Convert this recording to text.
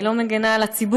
היא לא מגינה על הציבור,